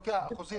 אני